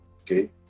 Okay